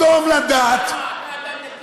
אתה אדם דתי.